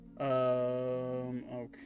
Okay